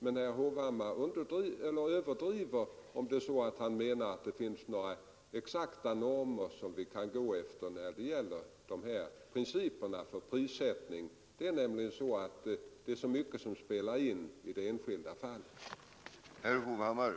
Men herr Hovhammar överdriver om han menar att det finns några exakta normer att gå efter när det gäller principerna för prissättning. Det är nämligen så mycket som spelar in i det enskilda fallet.